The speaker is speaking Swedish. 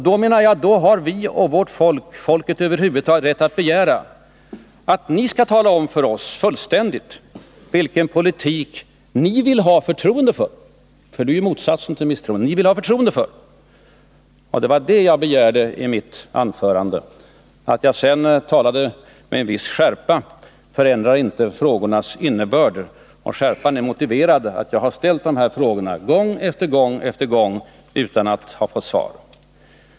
Då menar jag att vi och folk över huvud taget har rätt att begära att ni skall tala om för oss klart och tydligt vilken politik ni vill ha förtroende för — för det är ju motsatsen till ett misstroende. Det var det jag begärde i mitt anförande. Att jag sedan talade med en viss skärpa förändrar inte frågornas innebörd. Skärpan är motiverad av att jag har ställt de här frågorna gång efter gång utan att ha fått svar.